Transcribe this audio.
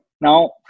Now